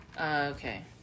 okay